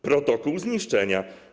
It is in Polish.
Protokół zniszczenia.